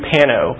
Pano